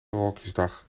rokjesdag